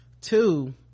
Two